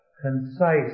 concise